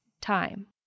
time